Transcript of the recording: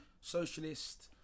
socialist